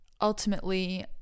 ultimately